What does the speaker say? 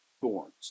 thorns